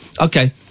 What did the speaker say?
Okay